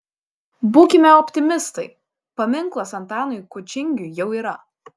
būkime optimistai paminklas antanui kučingiui jau yra